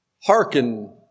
hearken